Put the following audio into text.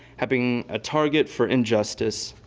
have been a target for injustice.